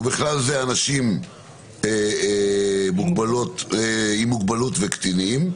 ובכלל זה אנשים עם מוגבלות וקטינים,